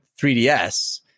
3DS